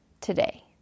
today